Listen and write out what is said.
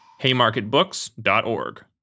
haymarketbooks.org